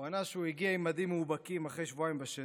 הוא ענה שהוא הגיע עם מדים מאובקים אחרי שבועיים בשטח,